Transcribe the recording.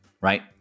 right